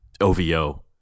OVO